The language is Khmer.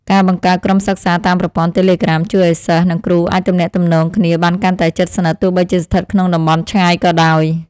ការបង្កើតក្រុមសិក្សាតាមប្រព័ន្ធតេឡេក្រាមជួយឱ្យសិស្ស និងគ្រូអាចទំនាក់ទំនងគ្នាបានកាន់តែជិតស្និទ្ធទោះបីជាស្ថិតក្នុងតំបន់ឆ្ងាយក៏ដោយ។